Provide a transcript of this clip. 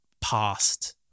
past